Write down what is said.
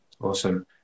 Awesome